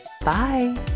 bye